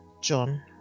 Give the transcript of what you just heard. John